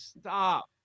Stop